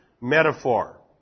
metaphor